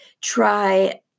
Try